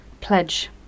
Pledge